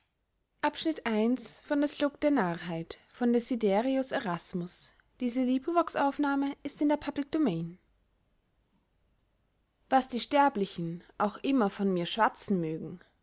was die sterblichen auch immer von mir schwatzen mögen